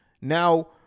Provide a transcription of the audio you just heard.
Now